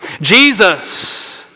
Jesus